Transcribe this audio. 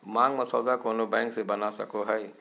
मांग मसौदा कोनो बैंक से बना सको हइ